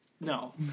No